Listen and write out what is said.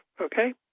okay